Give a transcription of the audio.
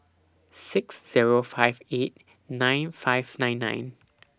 six Zero five eight nine five nine nine